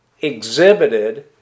exhibited